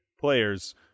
players